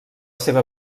seva